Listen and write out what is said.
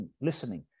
listening